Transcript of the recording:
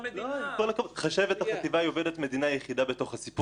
חשבת החטיבה היא עובדת המדינה היחידה בסיפור הזה.